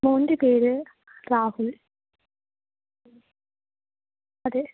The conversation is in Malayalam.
മകൻ്റെ പേര് രാഹുൽ അതെ